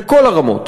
בכל הרמות.